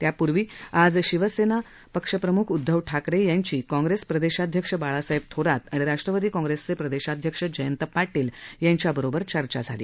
त्यापूर्वी आज शिवसेना अध्यक्ष उदधव ठाकरे यांची काँग्रेस प्रदेशाध्यक्ष बाळासाहेब थोरात आणि राष्ट्रवादी काँग्रेसचे प्रदेशाध्यक्ष जयंत पाटील यांच्याबरोबर चर्चा झाली